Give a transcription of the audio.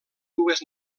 dues